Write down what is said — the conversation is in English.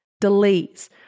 delays